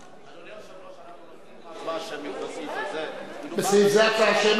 אנחנו עוברים לסעיף 2. בסעיף 2 קיימת